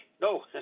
no